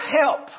help